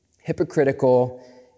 hypocritical